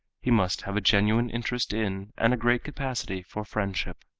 he must have a genuine interest in and a great capacity for friendship.